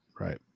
Right